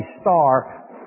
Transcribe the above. star